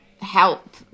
help